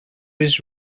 his